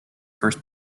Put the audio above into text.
first